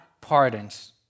pardons